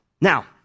Now